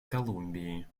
колумбии